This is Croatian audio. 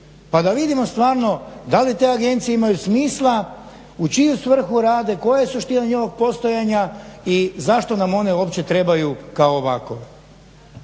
pa da vidimo stvarno da li te agencije imaju smisla, u čiju svrhu rade, koja je suština njihovog postojanja i zašto nam one uopće trebaju kao ovakove.